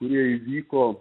kurie įvyko